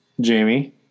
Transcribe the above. Jamie